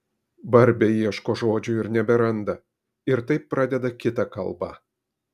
barbė ieško žodžių ir neberanda ir taip pradeda kitą kalbą